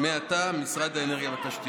אני מתכבד להודיע כי הממשלה החליטה,